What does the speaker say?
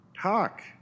Talk